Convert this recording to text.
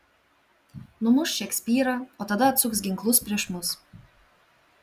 numuš šekspyrą o tada atsuks ginklus prieš mus